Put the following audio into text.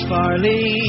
Farley